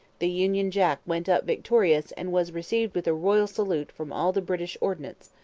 the union jack went up victorious and was received with a royal salute from all the british ordnance,